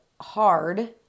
hard